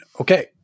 Okay